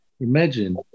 Imagine